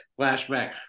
flashback